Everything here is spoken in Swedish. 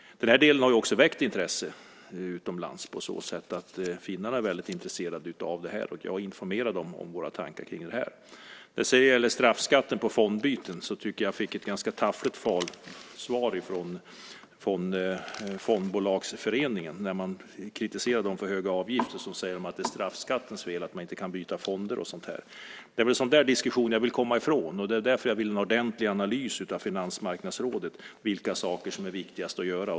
Den här delen har väckt intresse utomlands. Finnarna är väldigt intresserade, och jag har informerat dem om våra tankar kring de här sakerna. När det gäller straffskatten vid fondbyten tycker jag att jag fick ett ganska taffligt svar från Fondbolagsföreningen. När de kritiseras för höga avgifter säger de att det är straffskattens fel att man inte kan byta fonder och så. Det är väl en sådan diskussion jag vill komma ifrån. Därför vill jag av Finansmarknadsrådet ha en ordentlig analys av vad som är viktigast att göra.